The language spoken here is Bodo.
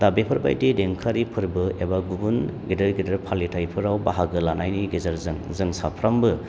दा बेफोरबायदि देंखोयारि फोरबो एबा गुबुन गेदेर गेदेर फालिथायफोराव बाहागो लानायनि गेजेरजों जों साफ्रोमबो